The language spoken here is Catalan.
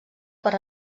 per